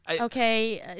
Okay